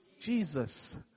Jesus